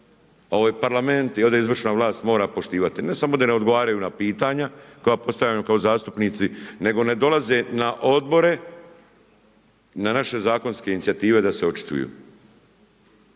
Ovo je Parlament i ovdje izvršna vlast mora poštovati. Ne samo da ne odgovaraju pitanja koja postavljamo kao zastupnici nego ne dolaze na odbore, na naše zakonske inicijative da se očituju.